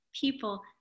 people